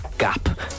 gap